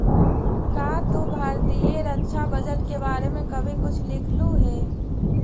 का तू भारतीय रक्षा बजट के बारे में कभी कुछ लिखलु हे